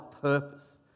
purpose